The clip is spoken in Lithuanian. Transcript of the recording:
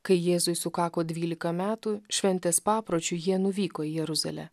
kai jėzui sukako dvylika metų šventės papročiu jie nuvyko į jeruzalę